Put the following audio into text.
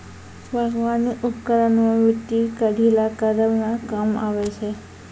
बागबानी उपकरन सें मिट्टी क ढीला करै म काम आबै छै